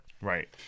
right